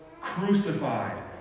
crucified